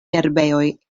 herbejoj